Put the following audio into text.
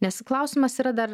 nes klausimas yra dar